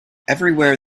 everywhere